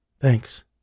Thanks